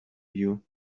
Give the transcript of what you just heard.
you